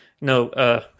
No